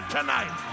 tonight